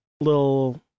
little